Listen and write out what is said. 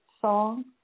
Song